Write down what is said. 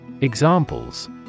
Examples